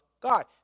God